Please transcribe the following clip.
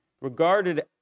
regarded